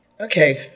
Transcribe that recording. Okay